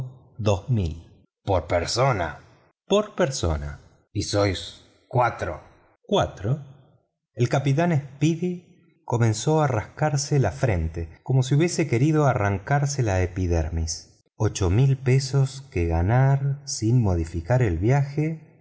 dos mil por persona por persona y sois cuatro cuatro el capitán speedy comenzó a rascase la frente como si hubiese querido arrancarse la epidermis ocho mil dólares que ganar sin modificar el vitje